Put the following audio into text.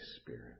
Spirit